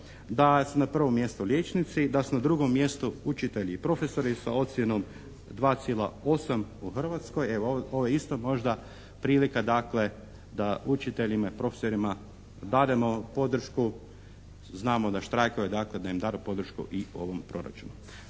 Da su na prvom mjestu liječnici, da su na drugom mjestu učitelji i profesori sa ocjenom 2,8 u Hrvatskoj. Evo ovo je isto možda prilika dakle da učiteljima i profesorima dademo podršku. Znamo da štrajkaju dakle da im dademo podršku i u ovom proračunu.